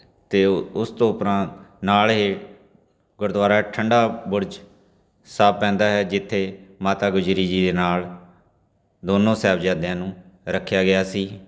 ਅਤੇ ਉਸ ਤੋਂ ਉਪਰੰਤ ਨਾਲੇ ਗੁਰਦੁਆਰਾ ਠੰਢਾ ਬੁਰਜ ਸਾਹਿਬ ਪੈਂਦਾ ਹੈ ਜਿੱਥੇ ਮਾਤਾ ਗੁਜਰੀ ਜੀ ਦੇ ਨਾਲ ਦੋਨੋਂ ਸਾਹਿਬਜ਼ਾਦਿਆਂ ਨੂੰ ਰੱਖਿਆ ਗਿਆ ਸੀ